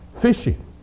fishing